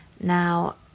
Now